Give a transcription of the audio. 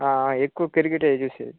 ఎక్కువ క్రికెటే చూసేది